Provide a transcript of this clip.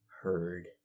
heard